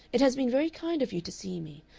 it has been very kind of you to see me,